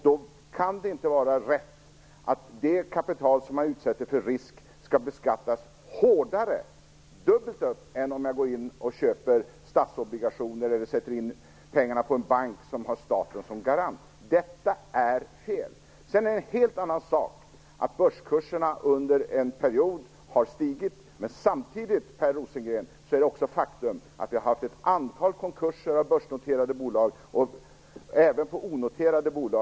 Då kan det inte vara rätt att det kapital som man utsätter för risk skall beskattas hårdare - dubbelt upp - än om man köper statsobligationer eller sätter in pengarna på en bank som har staten som garant. Detta är fel. Sedan är det en helt annan sak att börskurserna har stigit under en period. Men samtidigt, Per Rosengren, har vi faktiskt haft ett antal konkurser i börsnoterade bolag och även i onoterade bolag.